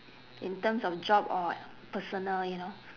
in terms of job or personal you know